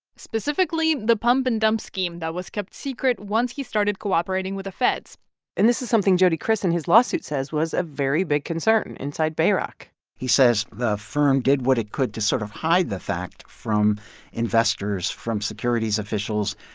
specifically the pump-and-dump scheme that was kept secret once he started cooperating with the feds and this is something jody kriss, in his lawsuit, says was a very big concern inside bayrock he says the firm did what it could to sort of hide the fact from investors, from securities officials.